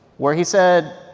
where he said,